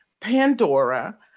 Pandora